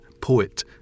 poet